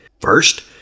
First